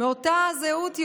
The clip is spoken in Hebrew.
אבל הוא, אתה לא חייב לענות לו.